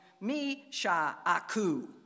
Misha-Aku